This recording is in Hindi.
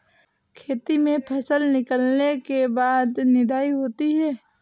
खेती में फसल निकलने के बाद निदाई होती हैं?